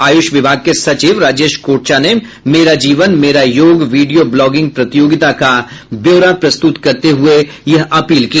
आयुष विभाग के सचिव राजेश कोटचा ने मेरा जीवन मेरा योग वीडियो ब्लॉगिंग प्रतियोगिता का ब्योरा प्रस्तुत करते हुये यह अपील की